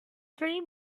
three